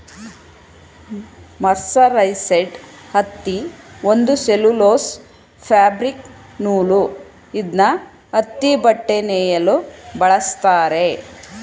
mercerised ಹತ್ತಿ ಒಂದು cellulose fabric ನೂಲು ಇದ್ನ ಹತ್ತಿಬಟ್ಟೆ ನೇಯಲು ಬಳಸ್ತಾರೆ